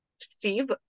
Steve